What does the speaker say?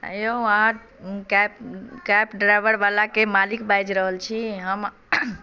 हेयौ अहाँ cab driver वला के मालिक बाजि रहल छी हम